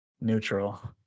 neutral